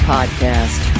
Podcast